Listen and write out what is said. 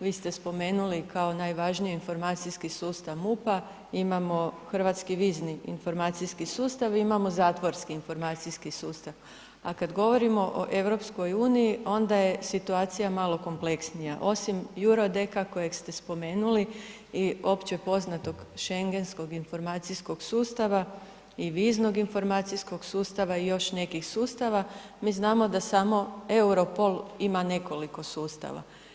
Vi ste spomenuli kao najvažniji informacijski sustav MUP-a, imamo Hrvatski vizni informacijski sustav, imamo zatvorski informacijski sustav. a kada govorimo o EU onda je situacija malo kompleksnija, osim Eeurodesk-a kojeg ste spomenuli i opće poznatog Schengenskog informacijskog sustava i viznog informacijskog sustava i još nekih sustava, mi znamo da Europol ima nekoliko sustava.